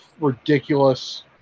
ridiculous